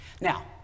Now